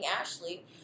Ashley